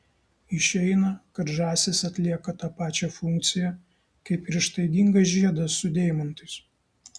išeina kad žąsys atlieka tą pačią funkciją kaip ir ištaigingas žiedas su deimantais